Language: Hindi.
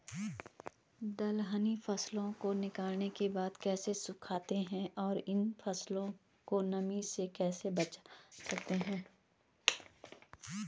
दलहनी फसलों को निकालने के बाद कैसे सुखाते हैं और इन फसलों को नमी से कैसे बचा सकते हैं?